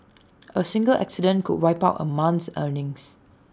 A single accident could wipe out A month's earnings